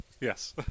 Yes